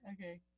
Okay